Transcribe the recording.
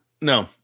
No